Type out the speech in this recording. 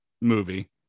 movie